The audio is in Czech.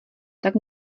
tak